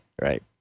right